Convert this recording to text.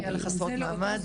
תכף נגיע לחסרות מעמד.